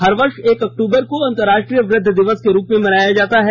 हर वर्ष एक अक्टूबर को अंतर्राष्ट्रीय वृद्ध दिवस के रूप में मनाया जाता है